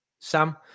Sam